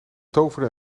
toverde